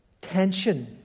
tension